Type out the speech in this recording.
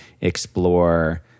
explore